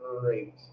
great